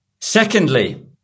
Secondly